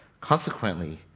Consequently